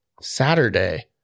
Saturday